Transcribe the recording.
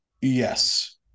yes